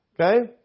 okay